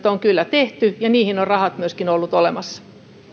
on kyllä tehty ja niihin ovat myöskin rahat olleet olemassa